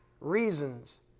reasons